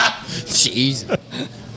Jesus